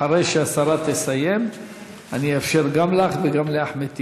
אחרי שהשרה תסיים אני אאפשר גם לך וגם לאחמד טיבי.